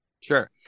sure